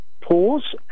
pause